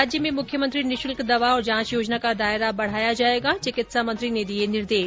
प्रदेश में मुख्यमंत्री निःशल्क दवा और जांच योजना का दायरा बढाया जायेगा चिकित्सा मंत्री ने दिये निर्देश